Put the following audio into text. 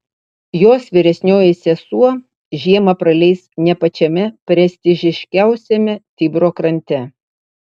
jos vyresnioji sesuo žiemą praleis ne pačiame prestižiškiausiame tibro krante